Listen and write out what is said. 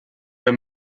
ihr